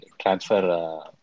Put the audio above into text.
transfer